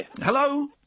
Hello